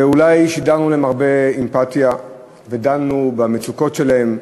ואולי שידרנו להם הרבה אמפתיה ודנו במצוקות שלהם,